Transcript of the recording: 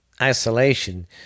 isolation